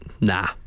nah